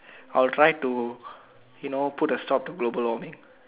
I'll try to you know put a stop to global warming